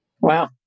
Wow